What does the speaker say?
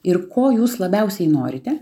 ir ko jūs labiausiai norite